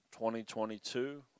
2022